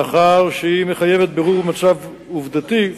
מאחר שהיא מחייבת בירור מצב עובדתי,